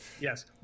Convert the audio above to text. Yes